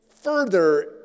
further